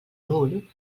nul